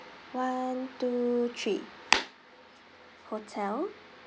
one two three hotel